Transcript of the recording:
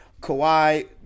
Kawhi